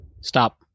Stop